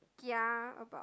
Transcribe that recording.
ya about